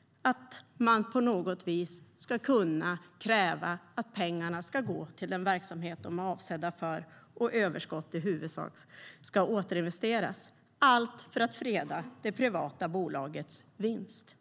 - på något vis ska kunna kräva att pengarna ska gå till den verksamhet de är avsedda för och att överskott i huvudsak ska återinvesteras. De gör allt för att freda det privata bolagets vinst.